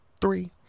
three